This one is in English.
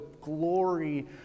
glory